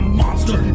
monster